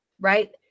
right